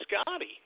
Scotty